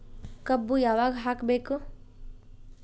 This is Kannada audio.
ಕಬ್ಬು ಯಾವಾಗ ಹಾಕಬೇಕು?